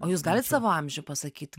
o jūs galit savo amžių pasakyt